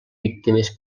víctimes